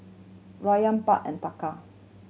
Rufiyaa Baht and Taka